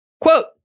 Quote